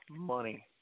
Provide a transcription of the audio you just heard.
money